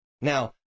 now